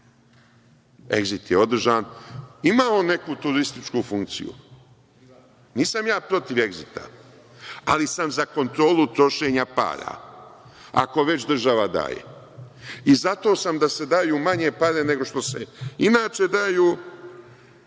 „Egzit“ je održan. Ima on neku turističku funkciju. Nisam ja protiv „Egzita“, ali sam za kontrolu trošenja para, ako već država daje. I zato sam da se daju manje pare nego što se inače daju,